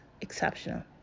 exceptional